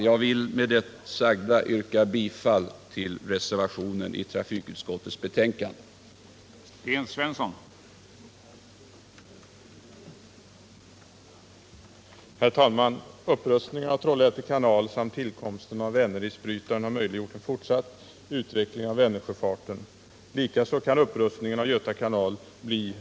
Jag vill med det sagda yrka bifall till reservationen i trafikutskottets betänkande 1977/78:8.